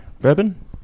Bourbon